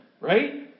Right